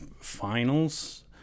finals